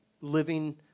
living